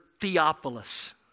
theophilus